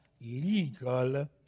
legal